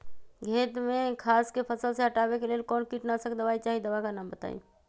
खेत में घास के फसल से हटावे के लेल कौन किटनाशक दवाई चाहि दवा का नाम बताआई?